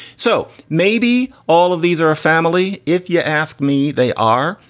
so maybe all of these are a family, if you ask me. they are,